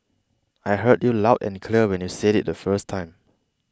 I heard you loud and clear when you said it the first time